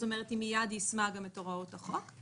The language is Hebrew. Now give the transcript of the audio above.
כלומר היא מייד יישמה את הוראות החוק.